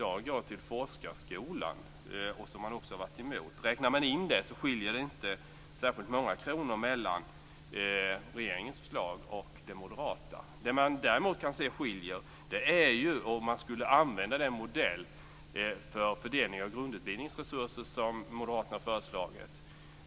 Jag har inte kunnat se det i den moderata motionen. Räknar man in det skiljer det inte särskilt många kronor mellan regeringens förslag och det moderata. Det som däremot skiljer är om man skulle använda den modell för fördelning av grundutbildningens resurser som moderaterna har föreslagit.